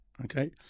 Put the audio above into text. okay